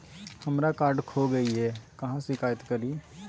हमरा कार्ड खो गई है, कहाँ शिकायत करी?